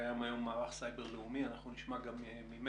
קיים היום מערך סייבר לאומי, אנחנו נשמע גם ממנו.